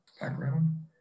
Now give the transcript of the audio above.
background